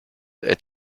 est